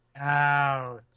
out